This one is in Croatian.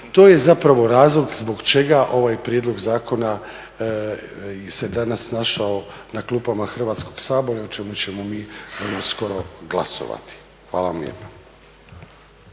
To je zapravo razlog zbog čega ovaj prijedlog zakona se danas našao na klupama Hrvatskog sabora i o čemu ćemo mi vrlo uskoro glasovati. Hvala vam lijepa.